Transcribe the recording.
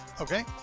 Okay